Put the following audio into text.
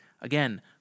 again